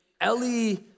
Ellie